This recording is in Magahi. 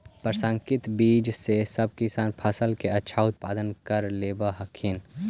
प्रसंकरित बीज से सब किसान फसल के अच्छा उत्पादन कर लेवऽ हथिन